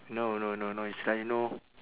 no no no no it's like you know